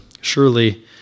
Surely